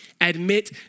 Admit